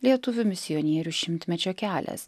lietuvių misionierių šimtmečio kelias